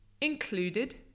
included